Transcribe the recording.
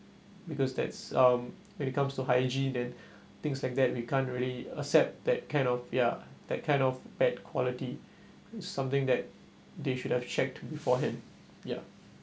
because that's um when it comes to hygiene then things like that we can't really accept that kind of ya that kind of bad quality something that they should have checked beforehand ya